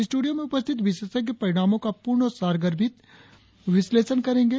स्टूडियों में उपस्थित विशेषज्ञ परिणामों का पूर्ण और सारगर्भित विश्लेषण करेंगे